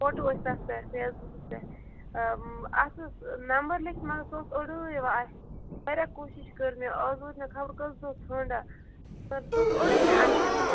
photo ٲسۍ تَتھ پٮ۪ٹھ فیس بُکَس پٮ۪ٹھ اَتھ اوس نَمبَر لیٚکھِتھ مگر سُہ اوس اوڑُے یِوان اَتھِ واریاہ کوٗشِش کٔر مےٚ آز ووت مےٚ خبر کٔژ دۄہ ژھانٛڈان مگر سُہ اوس اوڑُے مےٚ اَتھِ یِوان